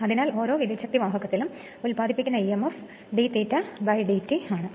അതിനാൽ ഓരോ വിദ്യൂച്ഛക്തിവാഹകത്തിലും ഉൽപാദിപ്പിക്കുന്ന emf ഇത് d∅ ' d t ആണ്